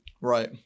Right